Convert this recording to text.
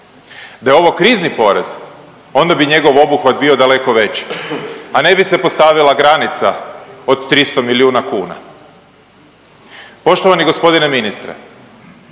Da je ovo krizni porez, onda bi njegov obuhvat bio daleko veći, a ne bi se postavljala granica od 300 milijuna kuna. Poštovani g. ministre,